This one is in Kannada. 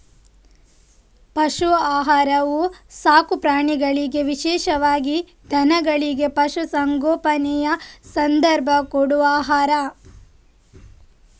ಪಶು ಆಹಾರವು ಸಾಕು ಪ್ರಾಣಿಗಳಿಗೆ ವಿಶೇಷವಾಗಿ ದನಗಳಿಗೆ, ಪಶು ಸಂಗೋಪನೆಯ ಸಂದರ್ಭ ಕೊಡುವ ಆಹಾರ